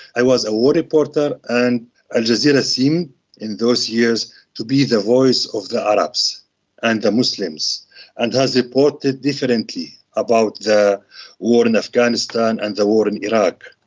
i was a war reporter and al jazeera seemed in those years to be the voice of the arabs and the muslims and has reported differently about the war in afghanistan and the war in iraq.